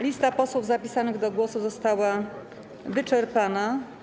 Lista posłów zapisanych do głosu została wyczerpana.